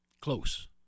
Close